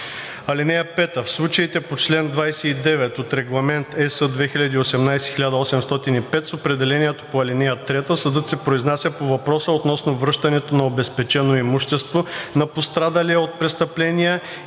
(5) В случаите по чл. 29 от Регламент (ЕС) 2018/1805 с определението по ал. 3 съдът се произнася по въпроса относно връщането на обезпечено имущество на пострадалия от престъпление и начина на връщане и